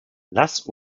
lass